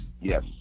yes